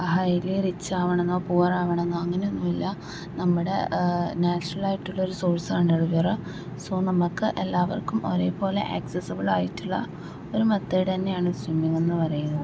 highly rich ആകണമെന്നോ poor ആകണമെന്നോ അങ്ങനെ ഒന്നും ഇല്ല നമ്മുടെ നാച്ചുറലായിട്ടുള്ള ഒരു സോഴ്സാണ് റിവർ സോ നമുക്ക് എല്ലാവർക്കും ഒരേപോലെ എക്സസിബിൾ ആയിട്ടുള്ള ഒരു മെത്തേഡ് തന്നെയാണ് സ്വിമ്മിങ്ങ് എന്ന് പറയുന്നത്